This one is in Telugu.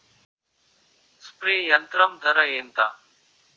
స్ప్రే యంత్రం ధర ఏంతా?